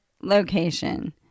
location